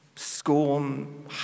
scorn